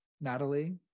natalie